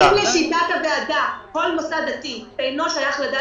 האם לשיטת הוועדה כל מוסד דתי אינו שייך לדת היהודית?